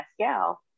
Pascal